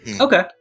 Okay